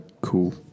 Cool